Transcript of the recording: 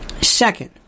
Second